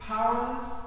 Powerless